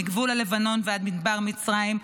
מגבול הלבנון ועד מצרים,